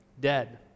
Dead